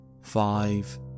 five